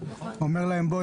אומר להם: בואו,